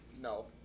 No